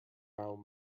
mild